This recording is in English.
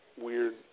weird